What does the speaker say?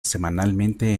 semanalmente